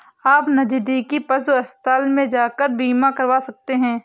आप नज़दीकी पशु अस्पताल में जाकर बीमा करवा सकते है